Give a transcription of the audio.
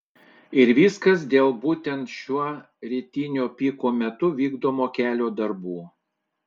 ir viskas dėl būtent šiuo rytinio piko metu vykdomų kelio darbų